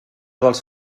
dels